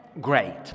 great